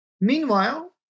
Meanwhile